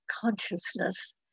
consciousness